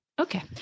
Okay